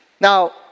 Now